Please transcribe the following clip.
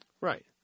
Right